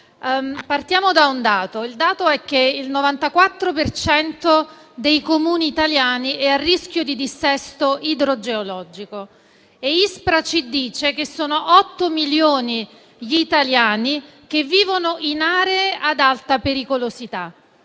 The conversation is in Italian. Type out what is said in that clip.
cento dei Comuni italiani è a rischio di dissesto idrogeologico e, secondo l'ISPRA, sono 8 milioni gli italiani che vivono in aree ad alta pericolosità.